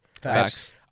facts